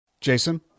Jason